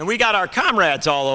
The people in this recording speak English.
and we got our comrades all